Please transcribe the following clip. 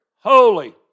Holy